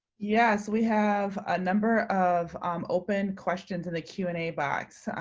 yes. we have a number of um open questions in the q and a box.